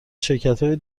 شرکتهای